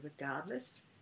regardless